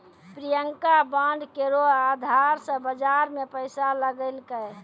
Priyanka bond केरो अधार से बाजार मे पैसा लगैलकै